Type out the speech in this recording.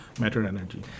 matter-energy